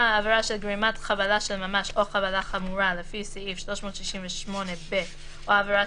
של ממש או חבלה חמורה לפי סעיף 368ב או עבירה